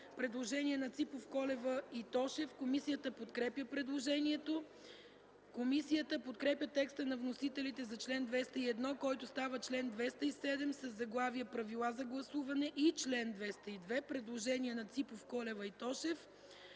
представители Ципов, Колева и Тошев. Комисията подкрепя предложението. Комисията подкрепя текста на вносителите за чл. 201, който става чл. 207, със заглавие „Правила за гласуване”. Член 202 – предложение на народните